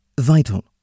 vital